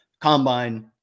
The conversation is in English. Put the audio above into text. combine